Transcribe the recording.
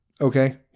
Okay